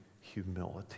humility